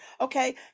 okay